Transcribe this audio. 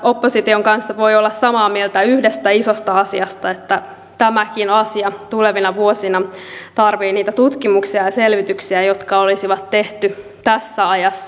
opposition kanssa voi olla samaa mieltä yhdestä isosta asiasta että tämäkin asia tulevina vuosina tarvitsee niitä tutkimuksia ja selvityksiä jotka olisi tehty tässä ajassa